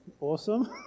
Awesome